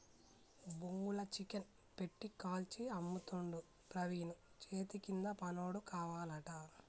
బొంగుల చికెన్ పెట్టి కాల్చి అమ్ముతుండు ప్రవీణు చేతికింద పనోడు కావాలట